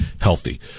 healthy